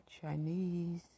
Chinese